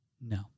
No